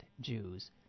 Jews